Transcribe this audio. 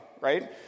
right